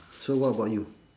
so what about you